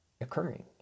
occurring